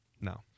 no